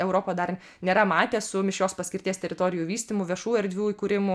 europa dar nėra matę su mišrios paskirties teritorijų vystymu viešų erdvių įkūrimu